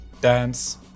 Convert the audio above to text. dance